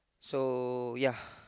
so ya